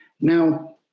now